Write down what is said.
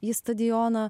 į stadioną